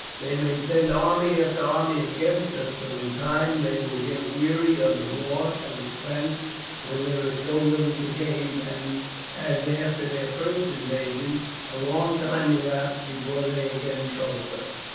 they may send army after army against us, but in time they will get weary of the loss and expense when there is so little to gain, and as after their first invasions a long time elapsed before they again troubled us,